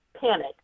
panic